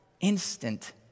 instant